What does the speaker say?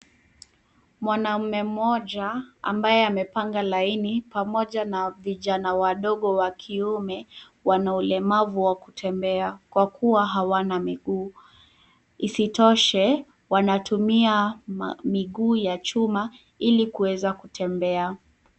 Mwanaume mmoja ambaye amepanga laini pamoja na vijana wadogo wa kiume, wana ulemavu wa kutembea kwa kuwa hawana miguu. Isitoshe wanatumia miguu ya chuma ili kuweza kutembea.